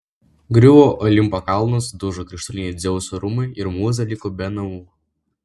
griuvo olimpo kalnas dužo krištoliniai dzeuso rūmai ir mūza liko be namų